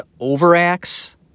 overacts